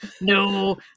No